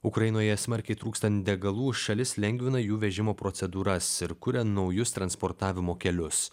ukrainoje smarkiai trūkstant degalų šalis lengvina jų vežimo procedūras ir kuria naujus transportavimo kelius